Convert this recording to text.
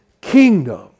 kingdom